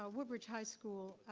ah woodbridge high school.